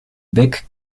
bec